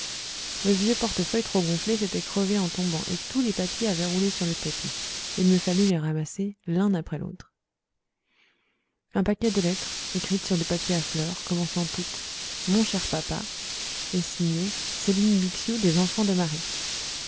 le vieux portefeuille trop gonflé s'était crevé en tombant et tous les papiers avaient roulé sur le tapis il me fallut les ramasser l'un après l'autre un paquet de lettres écrites sur du papier à fleurs commençant toutes mon cher papa et signées céline bixiou des enfants de marie